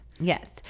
yes